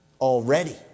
already